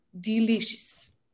delicious